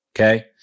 okay